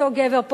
אותו גבר,